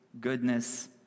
goodness